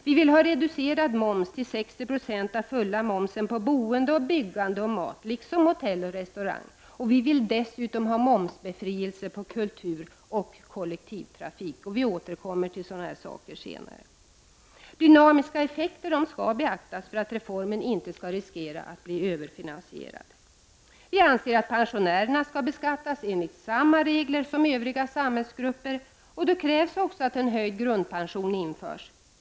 Vi vill reducera momsen till 60 26 av den fulla momsen på boende, byggande och mat, liksom på hotelloch restaurangtjänster. Vi vill dessutom ha en momsbefrielse på kultur och kollektivtrafik. Jag återkommer till det senare. Dynamiska effekter skall beaktas för att reformen inte skall riskera att bli överfinansierad. Vi anser att pensionärerna skall beskattas enligt samma regler som övriga samhällsgrupper. Då krävs också att en höjd grundpension införs.